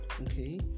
Okay